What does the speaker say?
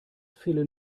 fehlen